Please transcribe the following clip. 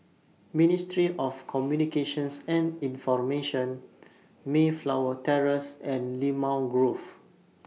Ministry of Communications and Information Mayflower Terrace and Limau Grove